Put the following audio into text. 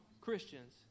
Christians